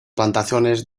plantaciones